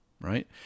right